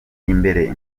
imbere